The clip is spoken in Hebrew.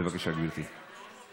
לא